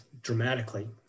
dramatically